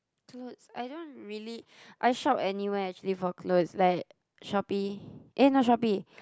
dudes I don't really I shop anywhere actually for cloth like Shopee eh no Shopee